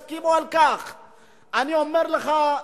אני אומר לך,